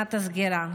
בסכנת סגירה.